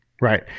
Right